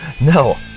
No